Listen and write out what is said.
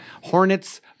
Hornets